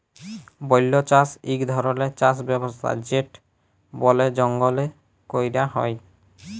বল্য চাষ ইক ধরলের চাষ ব্যবস্থা যেট বলে জঙ্গলে ক্যরা হ্যয়